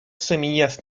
semillas